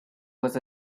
was